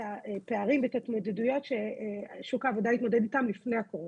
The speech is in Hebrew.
הפערים ואת ההתמודדויות ששוק העבודה התמודד איתם לפני הקורונה.